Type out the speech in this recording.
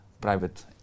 private